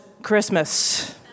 Christmas